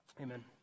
Amen